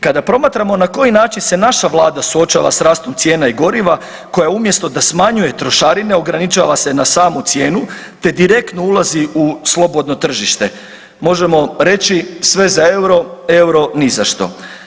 Kada promatramo na koji način se naša Vlada suočava s rastom cijena i goriva koja umjesto da smanjuje trošarine ograničava se na samu cijenu te direktno ulazi u slobodno tržište, možemo reći sve za EUR-o, EUR-o ni za što.